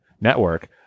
network